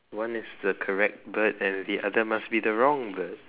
one is the correct bird and the other must be the wrong bird